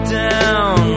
down